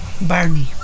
Barney